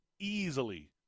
easily